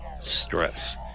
stress